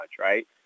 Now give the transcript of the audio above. right